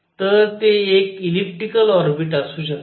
तर ते एक इलिप्टिकल ऑर्बिट असू शकते